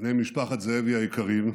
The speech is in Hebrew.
בני משפחת זאבי היקרים,